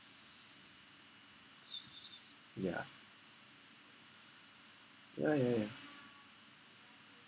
ya ya ya ya